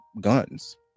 guns